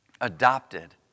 Adopted